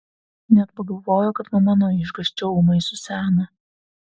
net pagalvojo kad mama nuo išgąsčio ūmai suseno